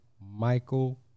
Michael